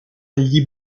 gli